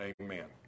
amen